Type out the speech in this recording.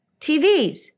TVs